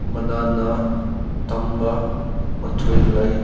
ꯃꯥꯟꯅꯅ ꯇꯝꯕ ꯃꯊꯧ ꯂꯩ